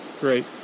great